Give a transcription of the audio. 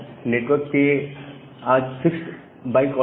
network के आज fixed byte order है